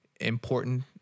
important